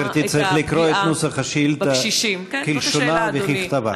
גברתי, צריך לקרוא את נוסח השאילתה כלשונה וככתבה.